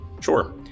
Sure